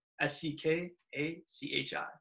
S-C-K-A-C-H-I